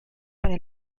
para